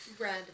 Red